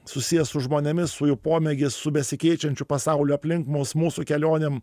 susijęs su žmonėmis su jų pomėgiais su besikeičiančiu pasauliu aplink mus mūsų kelionėm